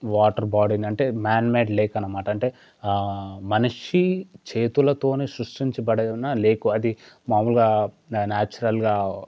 water బాడీని అంటే man made lake అన్నమాట అంటే మనిషి చేతులతోనే సృష్టించబడిన లేకు అది మాములుగా న్యాచురల్గా